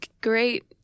great